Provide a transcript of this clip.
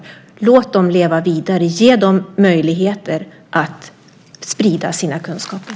Låt den leva vidare! Ge den möjligheter att sprida sina kunskaper!